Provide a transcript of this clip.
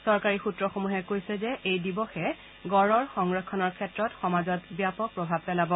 চৰকাৰী সুত্ৰসমূহে কৈছে যে এই দিৱসে গঁড়ৰ সংৰক্ষণৰ ক্ষেত্ৰত সমাজত ব্যাপক প্ৰভাৱ পেলাব